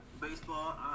baseball